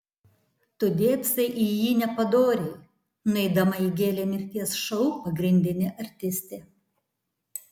tu dėbsai į jį nepadoriai nueidama įgėlė mirties šou pagrindinė artistė